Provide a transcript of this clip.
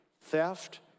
theft